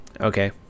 Okay